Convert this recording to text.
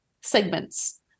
segments